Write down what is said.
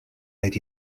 rhaid